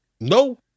No